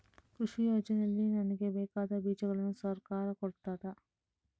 ಕೃಷಿ ಯೋಜನೆಯಲ್ಲಿ ನನಗೆ ಬೇಕಾದ ಬೀಜಗಳನ್ನು ಸರಕಾರ ಕೊಡುತ್ತದಾ?